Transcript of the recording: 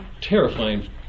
terrifying